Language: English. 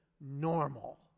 normal